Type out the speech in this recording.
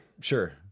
sure